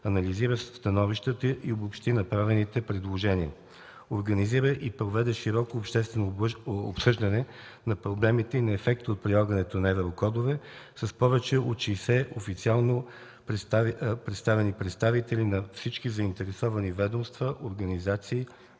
анализира становищата и обобщи направените предложения; организира и проведе широко обществено обсъждане на проблемите и на ефекта от прилагането на еврокодовете с повече от 60 официално представени представители на всички заинтересовани ведомства, организации,